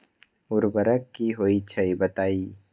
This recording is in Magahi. उर्वरक की होई छई बताई?